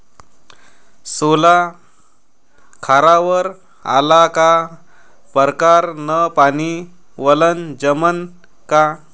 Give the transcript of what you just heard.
सोला खारावर आला का परकारं न पानी वलनं जमन का?